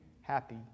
happy